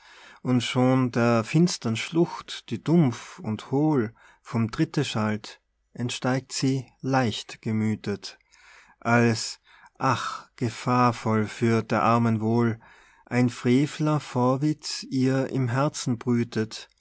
und schon der finstern schlucht die dumpf und hohl vom tritte schallt entsteigt sie leichtgemüthet als ach gefahrvoll für der armen wohl ein frevler vorwitz ihr im herzen brütet